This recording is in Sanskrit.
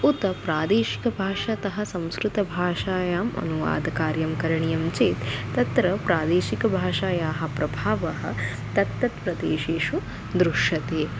उत प्रादेशिकभाषात् संस्कृतभाषायाम् अनुवादकार्यं करणीयं चेत् तत्र प्रादेशिकभाषायाः प्रभावः तत्तत्प्रदेशेषु दृश्यते